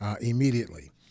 immediately